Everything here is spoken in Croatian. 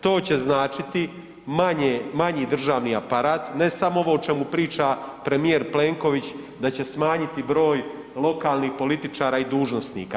To će značiti manji državni aparat, ne samo ovo o čemu priča premijer Plenković da će smanjiti broj lokalnih političara i dužnosnika.